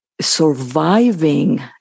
surviving